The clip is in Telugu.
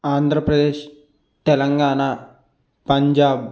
ఆంధ్రప్రదేశ్ తెలంగాణ పంజాబ్